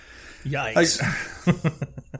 Yikes